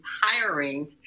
hiring